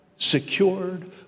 secured